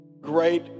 Great